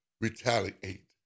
retaliate